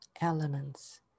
elements